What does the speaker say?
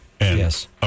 Yes